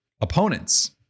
opponents